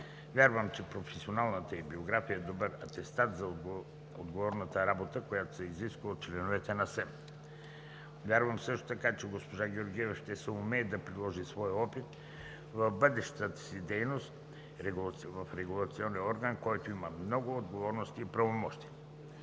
Вярвам, че професионалната ѝ биография е добър атестат за отговорната работа, която се изисква от членовете на Съвета за електронни медии. Вярвам също така, че госпожа Георгиева ще съумее да приложи своя опит в бъдещата си дейност в регулационния орган, който има много отговорности и правомощия.